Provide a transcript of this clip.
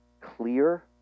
clear